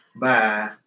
Bye